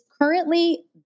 currently